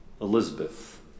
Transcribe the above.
Elizabeth